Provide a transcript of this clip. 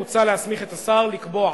מוצע להסמיך את השר לקבוע,